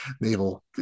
naval